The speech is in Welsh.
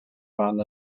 fan